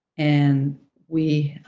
and we